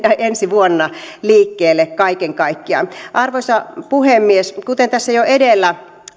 ensi vuonna liikkeelle kaiken kaikkiaan arvoisa puhemies kuten tässä jo edellä